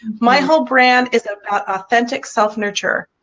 my whole brand is authentic self-nurture,